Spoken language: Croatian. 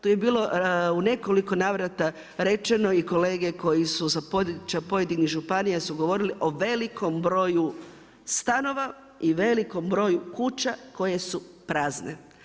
Tu je bilo u nekoliko navrata rečeno i kolege koji su sa područja pojedinih županija su govorili o velikom broju stanova i velikom broju kuća koje su prazne.